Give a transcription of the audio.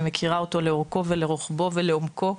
שמכירה אותו לאורכו ולרוחבו ולעומקו,